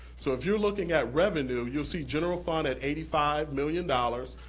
so if you're looking at revenue, you'll see general fund at eighty five million dollars.